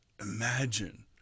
Imagine